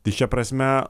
tai šia prasme